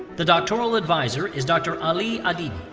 the doctoral advisor is dr. ali adibi.